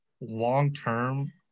long-term